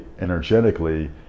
energetically